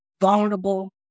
vulnerable